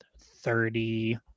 thirty